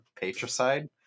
patricide